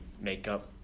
makeup